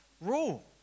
rule